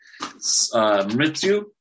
mritu